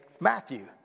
Matthew